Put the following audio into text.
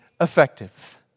effective